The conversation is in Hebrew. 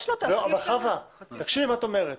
יש לו --- תקשיבי מה את אומרת.